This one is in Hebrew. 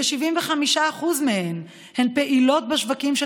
כ-75% מהן פעילות בשווקים של